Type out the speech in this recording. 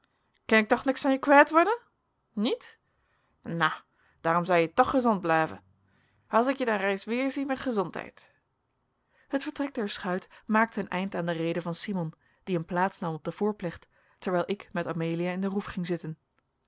thoch niks an je kwijt worden niet nou dhaarom zei je thoch ghezond blijven has ik je dan reis weerzie met ghezondheid het vertrek der schuit maakte een einde aan de rede van simon die een plaats nam op de voorplecht terwijl ik met amelia in de roef ging zitten